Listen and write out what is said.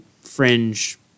fringe